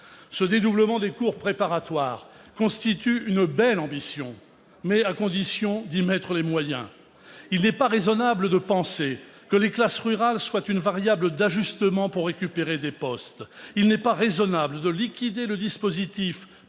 Ce dédoublement des cours préparatoires constitue une belle ambition, mais à condition d'y mettre les moyens. Il n'est pas raisonnable de penser que les classes rurales soient une variable d'ajustement pour récupérer des postes ; il n'est pas raisonnable de liquider le dispositif